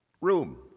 room